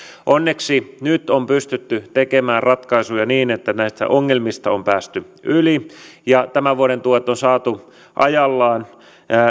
onneksi nyt on pystytty tekemään ratkaisuja niin että näistä ongelmista on päästy yli ja tämän vuoden tuet on saatu ajallaan